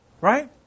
Right